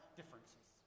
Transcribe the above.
differences